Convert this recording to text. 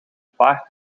paard